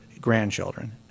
grandchildren